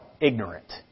ignorant